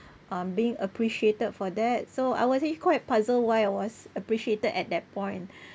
um being appreciated for that so I was actually quite puzzled why I was appreciated at that point